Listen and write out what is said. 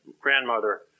grandmother